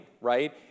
right